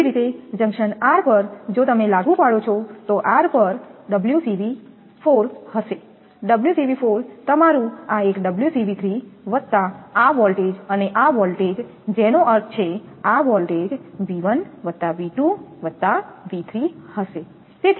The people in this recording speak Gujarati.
એ જ રીતે જંકશન R પર જો તમે લાગુ પાડો છો તો R પર 𝜔𝑐𝑉4 હશે 𝜔𝑐𝑉4 તમારું આ એક 𝜔𝑐𝑉3 વત્તા આ વોલ્ટેજ અને આ વોલ્ટેજ જેનો અર્થ છે આ વોલ્ટેજ 𝑉1 𝑉2 𝑉3 હશે